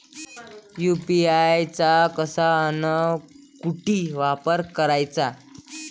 UPI चा कसा अन कुटी वापर कराचा?